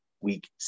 week